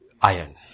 iron